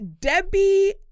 Debbie